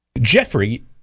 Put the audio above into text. Jeffrey